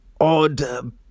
odd